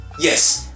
Yes